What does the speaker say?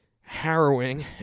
harrowing